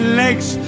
legs